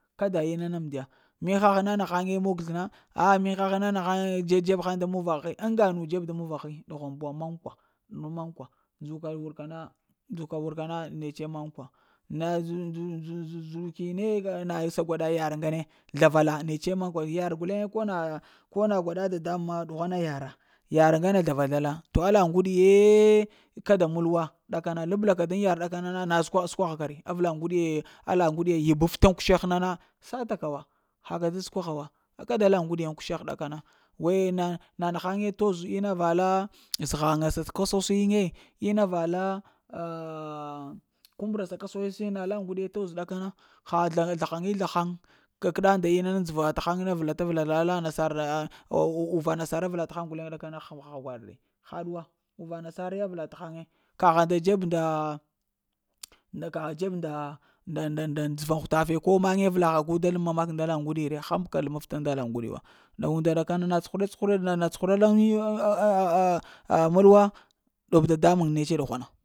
Kada inna na amnɗiya mi hah na nahaŋe mun t'isləna mihah na nahaŋe da dzeb muvaha, ŋga nu dzeb da muvah ni ɗughwan bu, mankwa, mankwa ndzuka wurka na, ndzuka wurka na netse mankwa, na dza-dzu-dzu-dzukine zuɗukin na na sa gwaɗa yar ŋgane zlava la netse mankwa, yar guleŋ ko na gwaɗa dadamuŋ ɗughwana yara, yar ŋgane yar ŋgane zlavak, to alla ŋguɗiyeeeh kada mulwa ɗakana, labla ka daŋ zar dakana na sukwaha ma səkwaghaka re, alla ŋguɗi yibaftan kushegh na na sata ka wa, haka da sukwaha wa, kada alla ŋguɗi ŋ kusheh ɗakana we na na naghaŋe toz ina va laa zəghaŋa sa t'kassos yin ye ina va laa kumbra sa kassos yiŋ na laa ŋguɗi ye toz ɗakana ha zlahaŋi zlaha haŋ kəɗa nda inaŋ dzəva ta haŋ vəlata-vəlal alla nasar ko uva nasar avla taŋ guleŋ ɗakana haha gwaɗ re haɗu wa uva nasare avla tahaŋe kaha nda dzeb nda nda kagha dzeb nda-nda-nda-nda dzəva hutafe ko maŋge avəlah gu da ləm mak nda la uŋguɗi re, həm ka ləmafta nda la uŋguɗi wa, na unda ɗakana na cuhuɗa-cuhuɗa cuhuɗa li ŋ-ŋ, nulwa a ɗub dadamuŋ netse ɗughwana